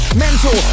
mental